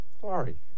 Sorry